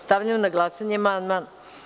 Stavljam na glasanje ovaj amandman.